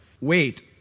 Wait